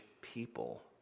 people